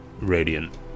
radiant